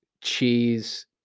cheese